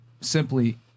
simply